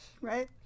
Right